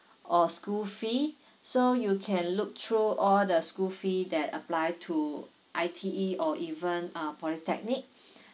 or school fee so you can look through all the school fee that apply to I_T_E or even uh polytechnic